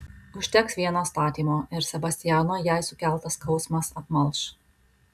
užteks vieno statymo ir sebastiano jai sukeltas skausmas apmalš